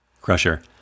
Crusher